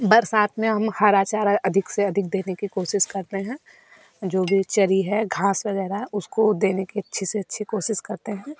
बरसात में हम हरा चारा अधिक से अधिक देने की कोशिश करते हैं जो भी चरी है घास वगैरह उसको देने के अच्छी से अच्छी कोशिश करते हैं